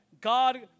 God